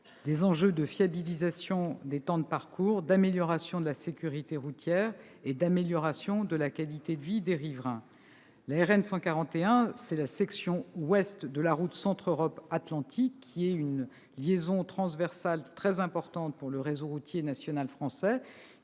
en matière de fiabilisation des temps de parcours, d'amélioration de la sécurité routière et de la qualité de vie des riverains. La RN 141 correspond à la section ouest de la route Centre Europe Atlantique, qui est une liaison transversale très importante pour le réseau national français,